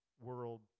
world